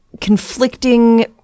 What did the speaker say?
conflicting